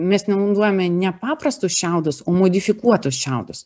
mes nenaudojame nepaprastų šiaudus o modifikuotus šiaudus